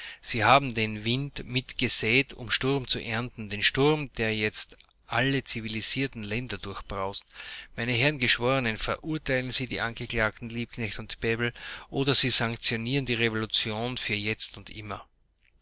sie haben den wind mit gesät um sturm zu ernten den sturm der jetzt alle zivilisierten länder durchbraust meine herren geschworenen verurteilen sie die angeklagten liebknecht und bebel oder sie sanktionieren die revolution für jetzt und immer